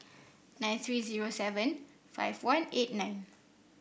nine three zero seven five one eight nine